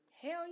Hell